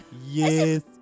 Yes